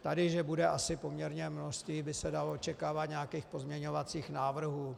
Tady že bude asi poměrně množství, by se dalo očekávat, nějakých pozměňovacích návrhů.